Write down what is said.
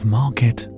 market